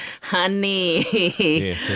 honey